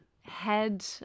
head